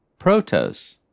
protos